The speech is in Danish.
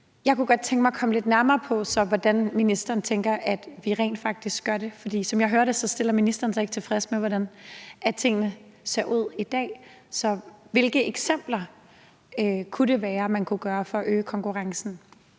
Jeg kunne godt tænke mig at komme lidt nærmere på, hvordan ministeren tænker at vi rent faktisk gør det. Som jeg hører det, stiller ministeren sig ikke tilfreds med, hvordan tingene ser ud i dag. Så hvilke eksempler kunne det være, at man kunne gøre noget ved for at øge konkurrencen?